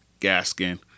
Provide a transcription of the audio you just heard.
Gaskin